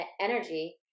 energy